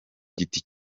giti